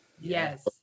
Yes